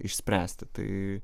išspręsti tai